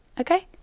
okay